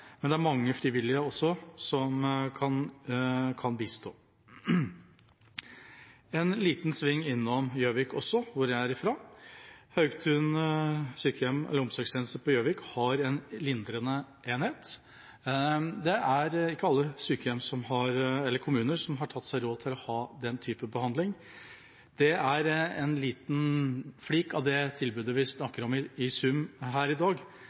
men det er også mange frivillige som kan bistå. En liten sving innom Gjøvik også, der jeg er fra: Haugtun omsorgssenter på Gjøvik har en lindrende enhet. Det er ikke alle kommuner som har tatt seg råd til å ha den type behandling. Dette er en liten flik av det tilbudet vi snakker om i sum her i dag,